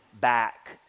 back